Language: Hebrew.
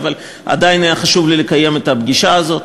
עדיין היה חשוב לי לקיים את הפגישה הזאת.